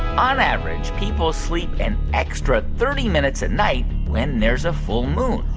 on average, people sleep an extra thirty minutes at night when there's a full moon?